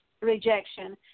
rejection